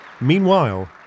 Meanwhile